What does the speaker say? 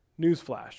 Newsflash